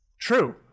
true